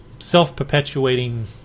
self-perpetuating